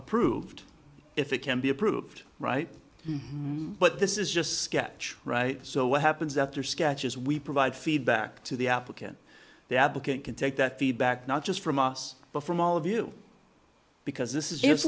approved if it can be approved right but this is just sketch so what happens after sketches we provide feedback to the applicant the applicant can take that feedback not just from us but from all of you because this is if